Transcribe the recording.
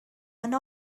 one